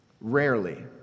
Rarely